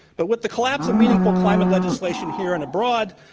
but with the collapse of meaningful climate legislation here and abroad,